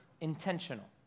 intentional